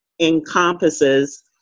encompasses